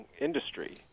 industry